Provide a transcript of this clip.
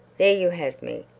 there you have me.